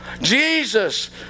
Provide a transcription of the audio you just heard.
jesus